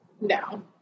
No